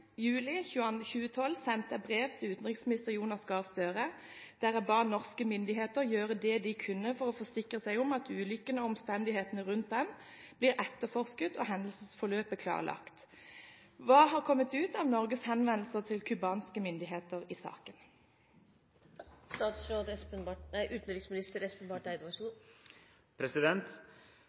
2012 sendte jeg et brev til utenriksminister Jonas Gahr Støre, der jeg ba norske myndigheter gjøre det de kunne for å forsikre seg om at ulykken og omstendighetene rundt den blir etterforsket og hendelsesforløpet klarlagt. Hva har kommet ut av Norges henvendelser til cubanske myndigheter i saken?»